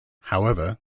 however